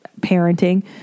parenting